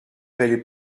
valait